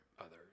others